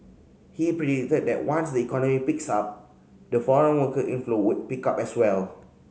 he predicted that once the economy picks up the foreign worker inflow would pick up as well